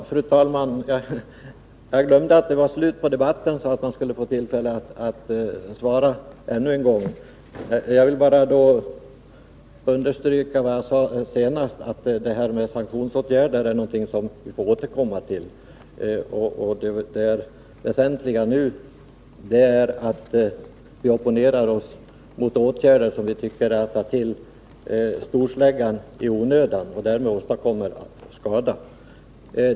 Fru talman! Jag glömde att det var slut på talarlistan och att jag därmed skulle få tillfälle att tala ännu en gång. Jag vill då bara understryka vad jag senast sade. Förslaget om sanktionsåtgärder får vi återkomma till. Det väsentliga nu är att vi opponerar oss mot åtgärder som vi tycker innebär att man i onödan tar till storsläggan och därmed åstadkommer skada.